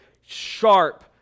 sharp